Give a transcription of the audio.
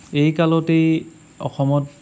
এই কালতেই অসমত